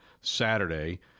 Saturday